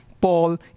Paul